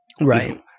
Right